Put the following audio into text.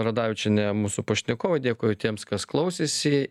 radavičienė mūsų pašnekovai dėkoju tiems kas klausėsi